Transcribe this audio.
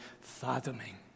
fathoming